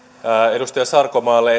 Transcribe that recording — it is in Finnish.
edustaja sarkomaalle